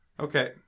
Okay